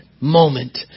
moment